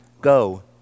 Go